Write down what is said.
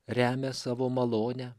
remia savo malonę